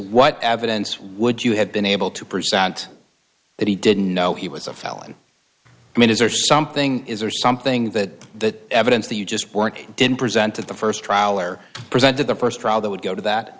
what evidence would you have been able to present that he didn't know he was a felon i mean is there something is or something that that evidence that you just work didn't present at the st trial or presented the st trial that would go to that